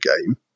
game